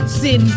sin